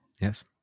Yes